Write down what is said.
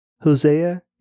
Hosea